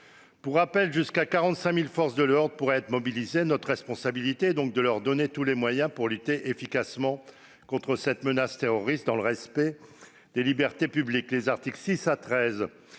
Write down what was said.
Pour rappel, jusqu'à 45 000 membres des forces de l'ordre pourraient être mobilisés. Notre responsabilité est de leur donner tous les moyens pour lutter efficacement contre la menace terroriste dans le respect des libertés publiques.